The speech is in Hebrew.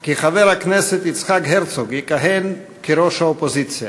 כי חבר הכנסת יצחק הרצוג יכהן כראש האופוזיציה.